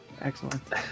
excellent